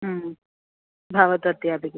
भवतु अध्यापिके